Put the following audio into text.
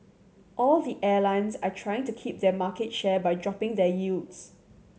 all the airlines are trying to keep their market share by dropping their yields